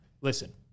listen